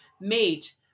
mate